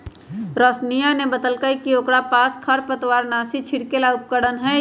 रोशिनीया ने बतल कई कि ओकरा पास खरपतवारनाशी छिड़के ला उपकरण हई